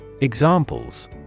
Examples